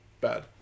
Bad